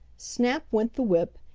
snap went the whip,